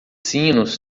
sinos